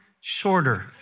shorter